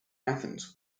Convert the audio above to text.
athens